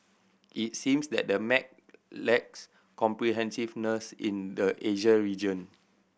it seems that the map lacks comprehensiveness in the Asia region